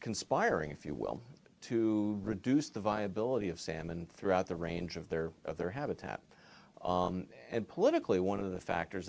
conspiring if you will to reduce the viability of salmon throughout the range of their of their habitat and politically one of the factors that